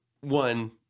one